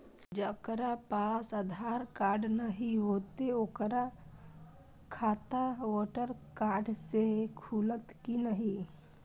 जकरा पास आधार कार्ड नहीं हेते ओकर खाता वोटर कार्ड से खुलत कि नहीं?